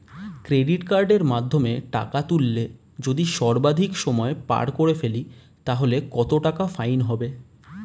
Credit কার্ডের মাধ্যমে টাকা তুললে যদি সর্বাধিক সময় পার করে ফেলি তাহলে কত টাকা ফাইন হবে?